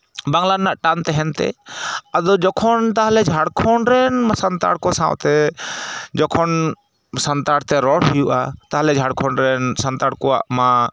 ᱵᱟᱝᱞᱟ ᱨᱮᱱᱟᱜ ᱴᱟᱱ ᱛᱟᱦᱮᱱ ᱛᱮ ᱟᱫᱚ ᱡᱚᱠᱷᱚᱱ ᱛᱟᱦᱚᱞᱮ ᱡᱷᱟᱲᱠᱷᱚᱱᱰ ᱨᱮᱱ ᱥᱟᱱᱛᱟᱲ ᱠᱚ ᱥᱟᱶᱛᱮ ᱡᱚᱠᱷᱚᱱ ᱥᱟᱱᱛᱟᱲ ᱛᱮ ᱨᱚᱲ ᱦᱩᱭᱩᱜᱼᱟ ᱛᱟᱦᱚᱞᱮ ᱡᱷᱟᱲᱠᱷᱚᱱᱰ ᱨᱮᱱ ᱥᱟᱱᱛᱟᱲ ᱠᱚᱣᱟᱜ ᱢᱟ